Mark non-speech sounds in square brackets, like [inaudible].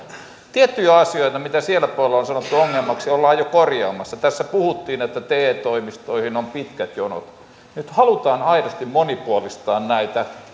tiettyjä asioita joita siellä puolella on sanottu ongelmaksi ollaan jo korjaamassa tässä puhuttiin että te toimistoihin on pitkät jonot nyt halutaan aidosti monipuolistaa näitä [unintelligible]